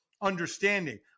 understanding